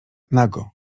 nago